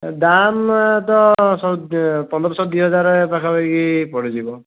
ଦାମ୍ ତ ପନ୍ଦର ଶହ ଦୁଇ ହଜାର ପାଖାପାଖି ପଡ଼ିଯିବ